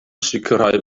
sicrhau